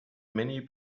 many